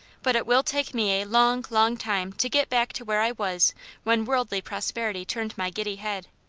but it will take me a long, long time to get back to where i was when worldly prosperity turned my giddy head.